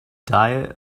diet